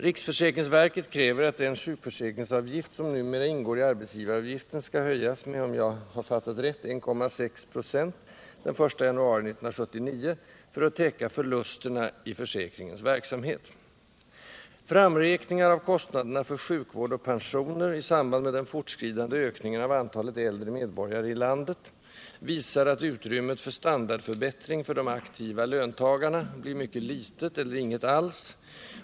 Riksförsäkringsverket kräver att den sjukförsäkringsavgift som numera ingår i arbetsgivaravgiften skall höjas med, om jag har fattat rätt, 1,6 96 den I januari 1979 för att täcka förlusterna i försäkringens verksamhet. Framräkningar av kostnaderna för sjukvård och pensioner i samband med den fortskridande ökningen av antalet äldre medborgare i landet visar at utrymmet för standardförbättring för de aktiva löntagarna blir mycket litet eller inget alls.